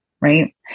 right